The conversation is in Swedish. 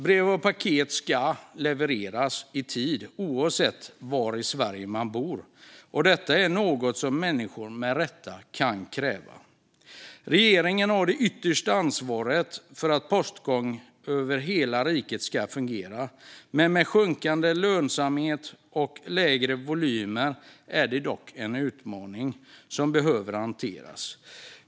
De ska levereras i tid, oavsett var i Sverige man bor. Det är något som människor har rätt att kräva. Regeringen har det yttersta ansvaret för att postgången över hela riket ska fungera. Men med sjunkande lönsamhet och lägre volymer är det en utmaning som behöver hanteras.